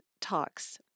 talks